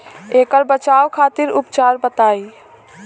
ऐकर बचाव खातिर उपचार बताई?